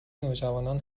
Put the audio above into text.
نوجوانان